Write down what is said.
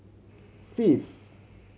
fifth